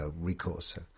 recourse